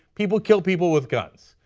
people kill people with guns.